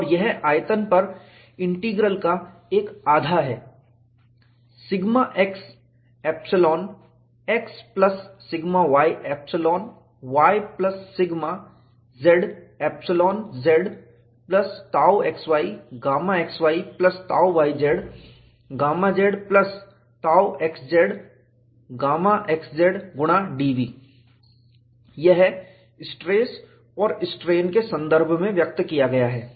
यह आयतन पर इंटीग्रल का एक आधा है sigma x epsilon x plus sigma y epsilon y plus sigma z epsilon z plus tau xy gamma xy plus tau yz gamma z plus tau xz gamma xz गुणा dV यह stress और strain के संदर्भ में व्यक्त किया गया है